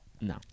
no